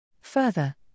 Further